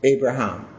Abraham